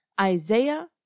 Isaiah